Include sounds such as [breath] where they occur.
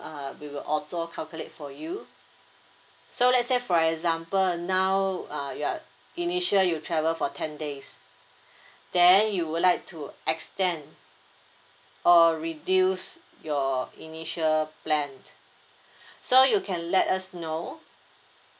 uh we will auto calculate for you so let's say for example now uh you're initial you travel for ten days [breath] then you would like to extend or reduce your initial plan [breath] so you can let us know